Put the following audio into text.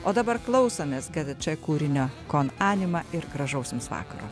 o dabar klausomės kad gtč kūrinio kon anima ir gražaus jums vakaro